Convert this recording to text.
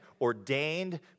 ordained